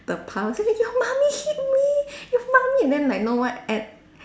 the palm say your mummy hit me your mummy then like know what at